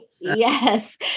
Yes